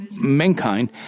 mankind